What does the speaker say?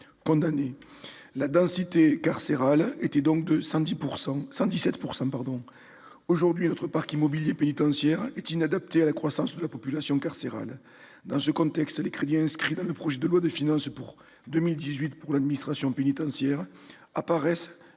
condamnés. La « densité carcérale » atteignait donc 117 %. Aujourd'hui, notre parc immobilier pénitentiaire est inadapté à la croissance de la population carcérale. Dans ce contexte, les crédits inscrits dans le projet de loi de finances pour 2018 pour l'administration pénitentiaire apparaissent